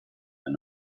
ein